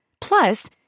Plus